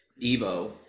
Debo